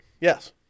yes